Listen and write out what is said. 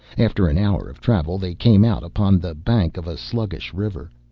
after an hour of travel they came out upon the bank of a sluggish river.